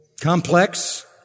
complex